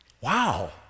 Wow